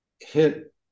hit